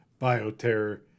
bioterror